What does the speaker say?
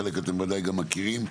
חלק אתם בוודאי גם מכירים.